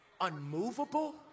unmovable